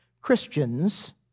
Christians